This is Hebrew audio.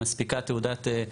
מספיקה תעודה,